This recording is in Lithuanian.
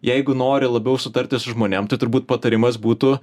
jeigu nori labiau sutarti su žmonėm tai turbūt patarimas būtų